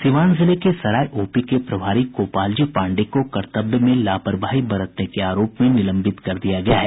सीवान जिले के सराय ओपी के प्रभारी गोपालजी पांडेय को कर्तव्य में लापरवाही बरतने के आरोप में निलंबित कर दिया गया है